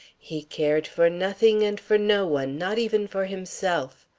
he cared for nothing and for no one, not even for himself.